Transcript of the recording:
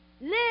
live